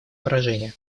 поражение